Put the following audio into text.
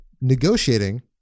negotiating